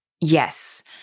Yes